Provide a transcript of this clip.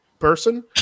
person